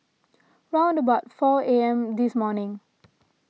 round about four A M this morning